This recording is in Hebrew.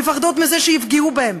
מפחדות מזה שיפגעו בהן,